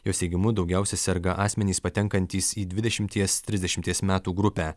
jos teigimu daugiausiai serga asmenys patenkantys į dvidešimties trisdešimties metų grupę